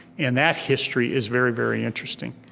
and that history is very, very interesting.